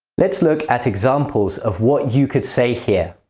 let's look at examples of what you could say here.